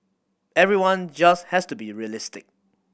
everyone just has to be realistic